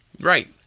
Right